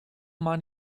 mind